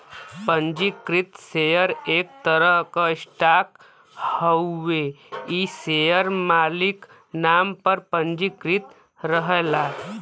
पंजीकृत शेयर एक तरह क स्टॉक हउवे इ शेयर मालिक नाम पर पंजीकृत रहला